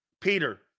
Peter